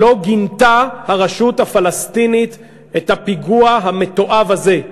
לא גינתה הרשות הפלסטינית את הפיגוע המתועב הזה.